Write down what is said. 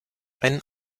ein